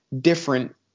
different